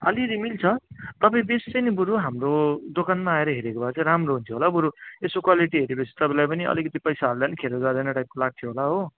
आलिअलि मिल्छ तपाईँ बेस्ट चाहिँ नि बरू हाम्रो दोकानमा आएर हेरेको भए चाहिँ राम्रो हुन्थ्यो होला बरू यसो क्वालिटी हेरेपछि तपाईँलाई पनि अलिकिति पैसा हाल्दा नि खेरो जाँदैन टाइपको लाग्थ्यो होला हो